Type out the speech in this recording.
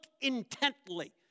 intently